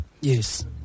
yes